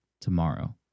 tomorrow